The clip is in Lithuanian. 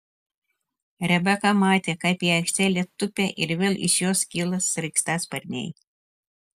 rebeka matė kaip į aikštelę tupia ir vėl iš jos kyla sraigtasparniai